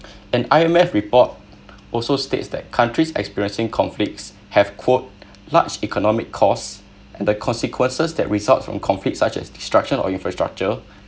an I_M_F report also states that countries experiencing conflicts have quote large economic costs and the consequences that results from conflict such as destruction of infrastructure